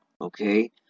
okay